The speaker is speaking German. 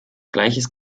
gleiches